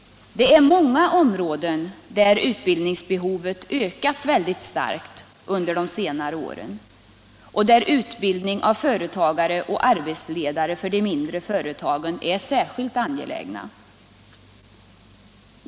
På många områden har utbildningsbehovet ökat mycket starkt under de senaste åren, och utbildning av företagare och arbetsledare i de mindre företagen är särskilt angelägen.